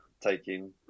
taking